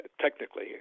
technically